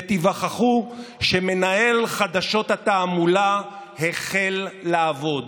ותיווכחו שמנהל חדשות התעמולה החל לעבוד.